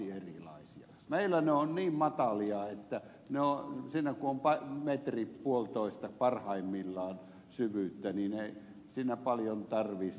meillä ne ovat niin matalia että siinä kun on metripuolitoista parhaimmillaan syvyyttä niin ei siinä paljon tarvitse sikailla kun ne kasvavat umpeen